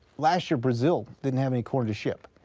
last year brazil didn't have any corn to ship.